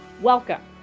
Welcome